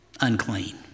unclean